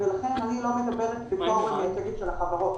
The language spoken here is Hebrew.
ולכן אני לא מדברת בתור המייצגת של החברות,